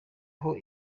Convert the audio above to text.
aho